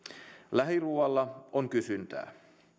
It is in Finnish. lähiruualla on kysyntää